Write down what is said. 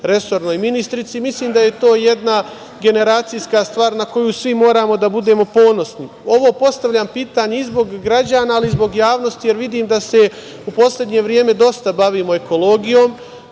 resornoj ministarki. Mislim da je to jedna generacijska stvar na koju svi moramo da budemo ponosni. Ovo postavljam pitanje i zbog građana, ali i zbog javnosti, jer vidim da se u poslednje vreme dosta bavimo ekologijom.